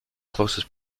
closest